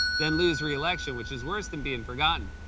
then lose reelection, which is worse than being forgotten.